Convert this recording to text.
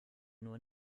nur